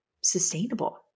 sustainable